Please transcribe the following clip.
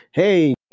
Hey